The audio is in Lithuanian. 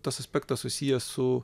tas aspektas susijęs su